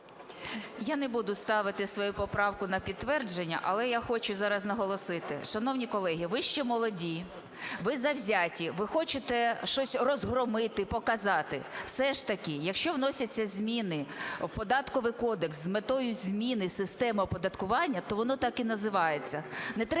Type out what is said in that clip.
Я не буду ставити свою поправку на підтвердження, але я хочу зараз наголосити, шановні колеги, ви ще молоді, ви завзяті, ви хочете щось розгромити, показати. Все ж таки, якщо вносяться зміни в Податковий кодекс з метою зміни системи оподаткування, то воно так і називається, не треба